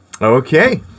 Okay